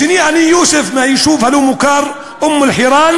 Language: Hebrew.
השני: אני יוסף מהיישוב הלא-מוכר אום-אלחיראן